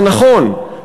זה נכון,